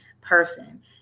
person